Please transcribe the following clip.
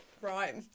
Right